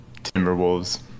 Timberwolves